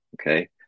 okay